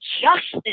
justice